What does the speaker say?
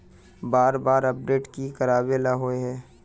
बार बार अपडेट की कराबेला होय है?